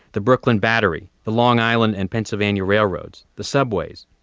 the brooklyn battery, the long island and pennsylvania railroads, the subways,